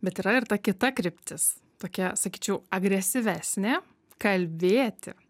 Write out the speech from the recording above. bet yra ir ta kita kryptis tokia sakyčiau agresyvesnė kalbėti